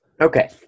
Okay